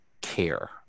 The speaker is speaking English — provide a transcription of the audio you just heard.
care